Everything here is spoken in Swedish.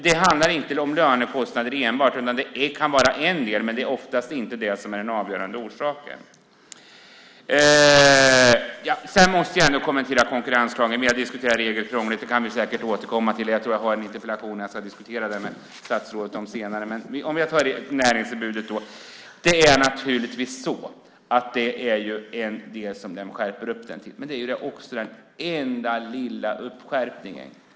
Det handlar alltså inte enbart om lönekostnader. Det kan vara en del, men det är oftast inte det som är den avgörande orsaken. Jag måste kommentera konkurrenslagen. Vi har diskuterat regler och krångel. Det kan vi säkert återkomma till. Jag tror att jag har samlat underlag till en interpellation medan jag har diskuterat detta med statsrådet, men jag nöjer mig med att ta upp näringsförbudet nu. Det är den del som skärps. Men det är också den enda lilla skärpningen.